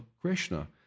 Krishna